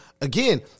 again